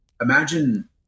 imagine